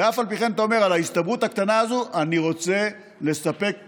אף על פי כן אתה אומר: על ההסתברות הקטנה הזו אני רוצה לספק התרעה,